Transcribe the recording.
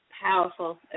Powerful